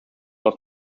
was